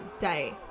day